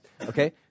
okay